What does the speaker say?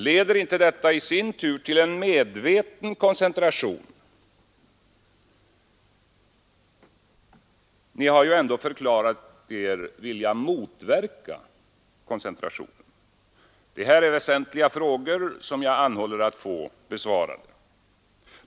Leder inte detta i sin tur till en medveten koncentration? Ni har ju ändå förklarat er vilja motverka koncentrationen. Det här är väsentliga frågor som jag anhåller att få besvarade.